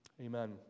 Amen